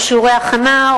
או שיעורי הכנה,